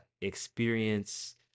experience